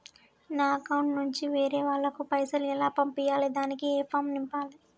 నా అకౌంట్ నుంచి వేరే వాళ్ళకు పైసలు ఎలా పంపియ్యాలి దానికి ఏ ఫామ్ నింపాలి?